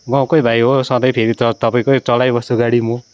गाउँकै भाइ हो सधैँ फेरि त तपाईँकै चलाइबस्छु गाडी म